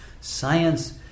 Science